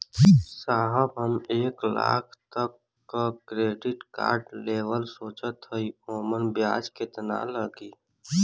साहब हम एक लाख तक क क्रेडिट कार्ड लेवल सोचत हई ओमन ब्याज कितना लागि?